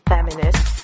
Feminist